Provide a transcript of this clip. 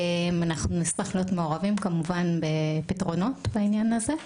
אנחנו נשמח להיות מעורבים בפתרונות בעניין הזה,